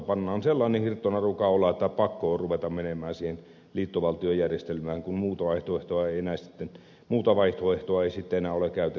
pannaan sellainen hirttonaru kaulaan että pakko on ruveta menemään siihen liittovaltiojärjestelmään kun muuta vaihtoehtoa ei sitten enää ole käytettävissä